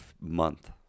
month